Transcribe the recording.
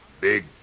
big